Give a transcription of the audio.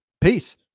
Peace